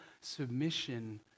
submission